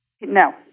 No